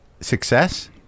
success